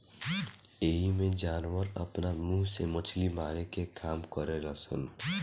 एइमें जानवर आपना मुंह से मछली मारे के काम करेल सन